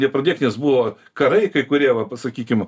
nepradėk nes buvo karai kai kurie va pasakykim